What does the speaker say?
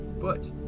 foot